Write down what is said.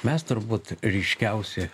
mes turbūt ryškiausi